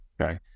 Okay